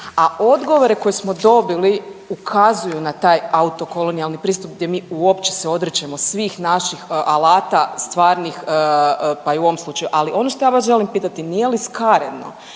a odgovore koji smo dobili ukazuju na taj autokolonijalni pristup gdje mi uopće se odričemo svih naših alata stvarnih, pa i u ovom slučaju. Ali, ono što ja vas želim pitati, nije li skaredno